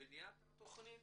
בבניית התכנית,